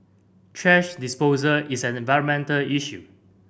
thrash disposal is an environmental issue